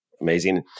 Amazing